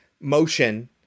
motion